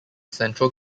central